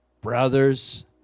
brothers